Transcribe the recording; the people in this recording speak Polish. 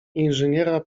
inżyniera